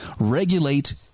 regulate